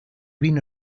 been